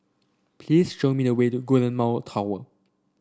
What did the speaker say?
please show me the way to Golden Mile Tower